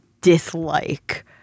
dislike